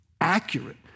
accurate